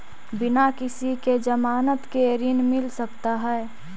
बिना किसी के ज़मानत के ऋण मिल सकता है?